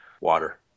water